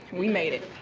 we made it.